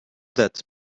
that